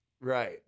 Right